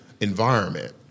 environment